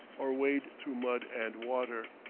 or wade through mud and water.